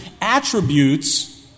Attributes